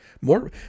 More